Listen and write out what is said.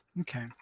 Okay